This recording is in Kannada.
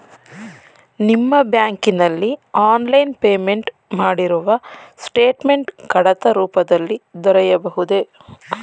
ನಿಮ್ಮ ಬ್ಯಾಂಕಿನಲ್ಲಿ ಆನ್ಲೈನ್ ಪೇಮೆಂಟ್ ಮಾಡಿರುವ ಸ್ಟೇಟ್ಮೆಂಟ್ ಕಡತ ರೂಪದಲ್ಲಿ ದೊರೆಯುವುದೇ?